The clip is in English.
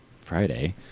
Friday